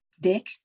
Dick